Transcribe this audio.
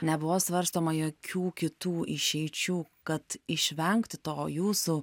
nebuvo svarstoma jokių kitų išeičių kad išvengti to jūsų